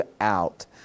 out